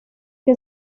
que